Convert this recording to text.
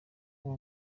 bwo